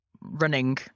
running